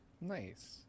Nice